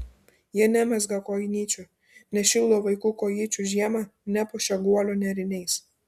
jie nemezga kojinyčių nešildo vaikų kojyčių žiemą nepuošia guolio nėriniais